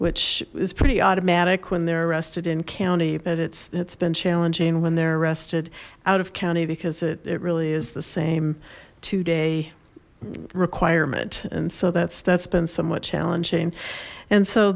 which is pretty automatic when they're arrested in county but it's it's been challenging when they're arrested out of county because it really is the same two day requirement and so that's that's been somewhat challenging and so